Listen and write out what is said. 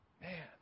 Man